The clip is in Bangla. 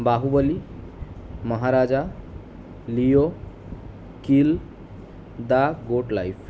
Baahubali Maharaja Leo kill the goat life